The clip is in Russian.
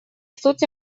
сути